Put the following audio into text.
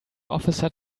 officer